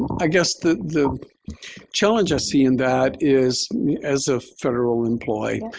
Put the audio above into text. i guess the the challenge i see in that is as a federal employee,